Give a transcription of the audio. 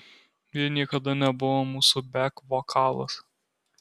ji niekada nebuvo mūsų bek vokalas